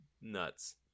nuts